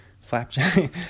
flapjack